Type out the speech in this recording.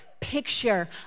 picture